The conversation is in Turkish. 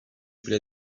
bile